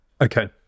Okay